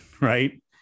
right